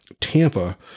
Tampa